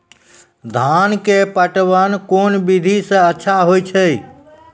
धान के पटवन कोन विधि सै अच्छा होय छै?